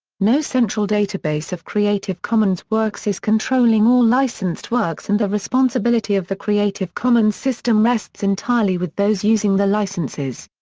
no central database of creative commons works is controlling all licensed works and the responsibility of the creative commons system rests entirely with those using the licences.